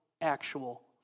actual